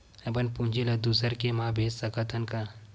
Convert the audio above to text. अपन पूंजी ला दुसर के मा भेज सकत हन का?